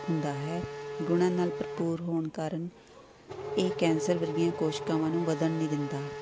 ਹੁੰਦਾ ਹੈ ਗੁਣਾਂ ਨਾਲ ਭਰਪੂਰ ਹੋਣ ਕਾਰਣ ਇਹ ਕੈਂਸਰ ਵਰਗੀਆਂ ਕੋਸ਼ਿਕਾਵਾਂ ਨੂੰ ਵਧਣ ਨਹੀਂ ਦਿੰਦਾ